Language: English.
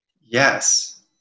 Yes